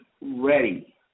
ready